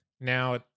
Now